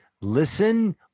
listen